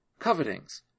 covetings